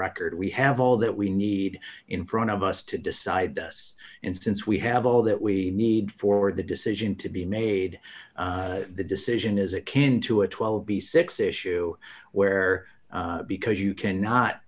record we have all that we need in front of us to decide this and since we have all that we need for the decision to be made the decision is akin to a twelve b six issue where because you cannot